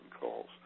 calls